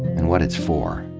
and what it's for.